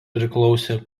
priklausė